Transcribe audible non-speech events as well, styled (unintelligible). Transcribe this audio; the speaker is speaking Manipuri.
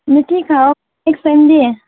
(unintelligible) ꯑꯦꯛꯁꯄꯦꯟꯗꯤ